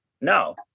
No